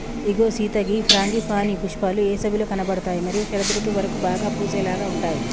ఇగో సీత గీ ఫ్రాంగిపానీ పుష్పాలు ఏసవిలో కనబడుతాయి మరియు శరదృతువు వరకు బాగా పూసేలాగా ఉంటాయి